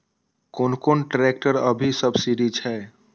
कोन कोन ट्रेक्टर अभी सब्सीडी छै?